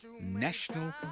national